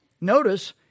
Notice